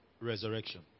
resurrection